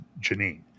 Janine